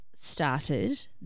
started